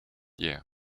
yeah